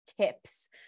tips